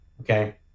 Okay